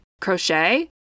crochet